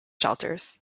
shelters